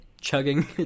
chugging